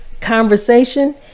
conversation